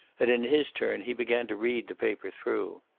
and in his turn he began to read the paper through.